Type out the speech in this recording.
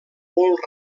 molt